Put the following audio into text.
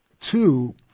Two